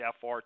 FR